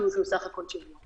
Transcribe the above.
מנענו מגעים נוספים שלהם.